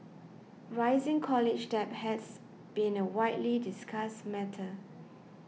rising college debt has been a widely discussed matter